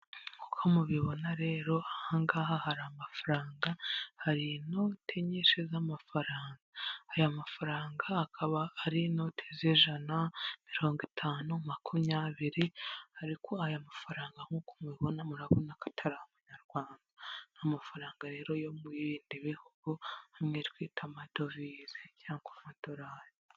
Nk'uko mubibona rero, aha ngaha hari amafaranga. Hari inote nyinshi z'amafaranga, aya mafaranga akaba ari inote z'ijana, mirongo itanu, makumyabiri, ariko aya mafaranga nk'uko mubibona murabona ko atari amanyarwanda. Ni amafaranga rero yo mu bindi bihugu amwe twita amadovize cyangwa amadorari.